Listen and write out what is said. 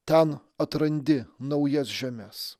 ten atrandi naujas žemes